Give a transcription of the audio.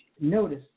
Notice